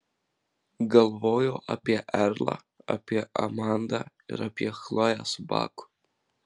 galvojo apie erlą apie amandą ir apie chloję su baku